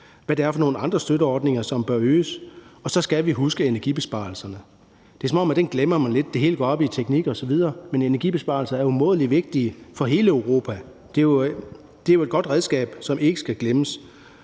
hvad det er for nogle andre støtteordninger, som bør øges. Og så skal vi huske energibesparelserne. Det er, som om man glemmer dem lidt. Det hele går op i teknik osv., men energibesparelser er umådelig vigtige for hele Europa. Det er jo et godt redskab, som ikke skal glemmes.